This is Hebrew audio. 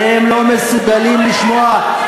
אתם לא מסוגלים לשמוע.